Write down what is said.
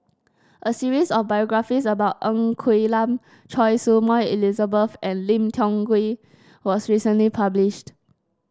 a series of biographies about Ng Quee Lam Choy Su Moi Elizabeth and Lim Tiong Ghee was recently published